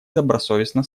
добросовестно